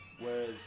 whereas